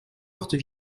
portes